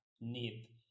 need